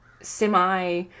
semi